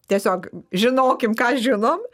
tiesiog žinokim ką žinom